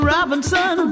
Robinson